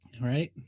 Right